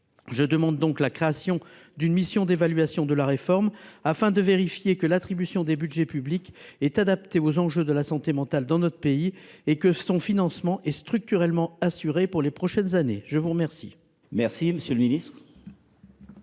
Je demande donc la création d’une mission d’évaluation de la réforme, afin de vérifier que l’attribution des budgets publics est adaptée aux enjeux de la santé mentale dans notre pays et que le financement de celle ci est structurellement assuré pour les prochaines années. La parole